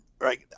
right